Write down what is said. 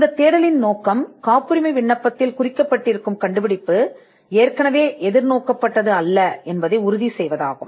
இந்த தேடலின் நோக்கம் காப்புரிமை விண்ணப்பத்தில் விவரிக்கப்பட்டுள்ளதை எதிர்பார்க்கவில்லை என்பதை உறுதி செய்வதாகும்